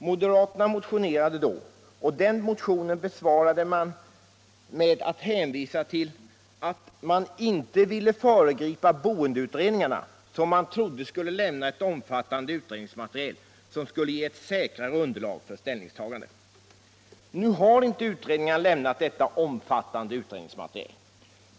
Moderaterna motionerade då, och den motionen besvarade utskottet med att hänvisa till att man inte ville föregripa boendeutredningarna, som man trodde skulle lämna ett omfattande utredningsmaterial, vilket skulle ge ett säkrare underlag för ställningstagandet. Nu har inte utredningarna lämnat detta omfattande utredningsmaterial.